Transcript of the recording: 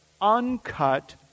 uncut